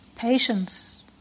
Patience